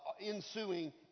ensuing